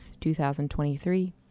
2023